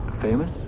famous